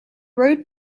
road